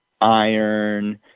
iron